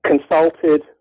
consulted